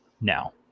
now